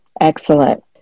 Excellent